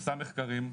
עושה מחקרים,